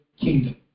kingdom